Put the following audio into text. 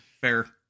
Fair